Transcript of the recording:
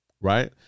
right